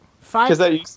five